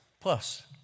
plus